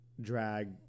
drag